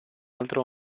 altro